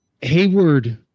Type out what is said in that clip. Hayward